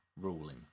ruling